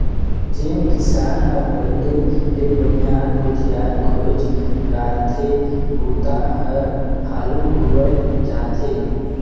जेन किसान हर पहिले ले बनिहार भूथियार खोएज डारथे बूता हर हालू होवय जाथे